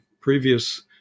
previous